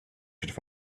should